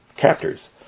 captors